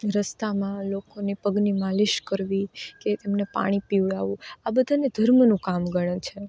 રસ્તામાં લોકોની પગની માલિશ કરવી કે તેમણે પાણી પીવડાવવું આ બધાને ધર્મનું કામ ગણે છે